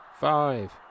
Five